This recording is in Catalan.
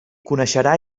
coneixerà